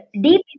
deep